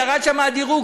ירד שם הדירוג,